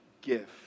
gift